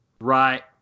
right